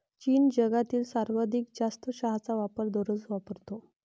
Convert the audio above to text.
चीन जगातील सर्वाधिक जास्त चहाचा वापर दररोज वापरतो